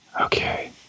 Okay